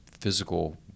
physical